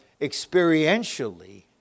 experientially